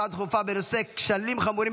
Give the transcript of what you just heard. הצעה דחופה לסדר-היום בנושא: כשלים חמורים